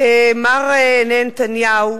מר נהנתניהו,